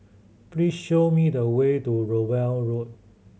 please show me the way to Rowell Road